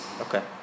Okay